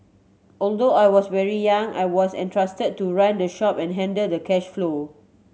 although I was very young I was entrusted to run the shop and handle the cash flow